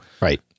right